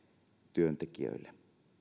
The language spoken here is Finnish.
työntekijöille